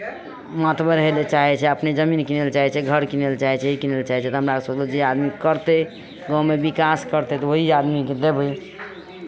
महतबर बनय लेल चाहै छै अपने जमीन कीनय लेल चाहै छै घर कीनय लेल चाहै छै ई कीनय लेल चाहै छै हमरा सभकेँ जे आदमी करतै गाँवमे विकास करतै तऽ ओहि आदमीकेँ देबै